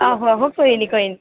आहो आहो कोई निं कोई निं